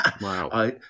Wow